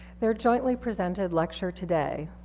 their jointly presented lecture today,